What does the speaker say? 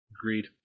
Agreed